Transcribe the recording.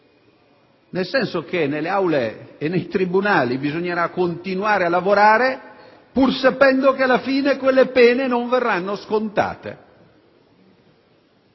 nel senso che nelle aule e nei tribunali bisognerà continuare a lavorare pur sapendo che alla fine quelle pene non verranno scontate.